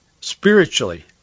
spiritually